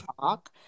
talk